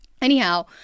Anyhow